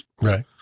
Right